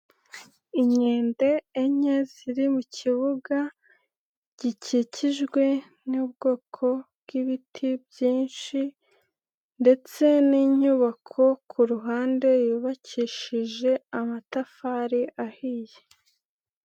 Inkende enye ziri mukibuga gikikijwe n'ubwoko bw'ibiti byinshi ndetse n'inyubako, kuruhande yubakishije amatafari ahiye.